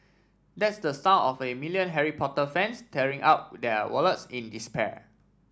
that's the sound of a million Harry Potter fans tearing up their wallets in despair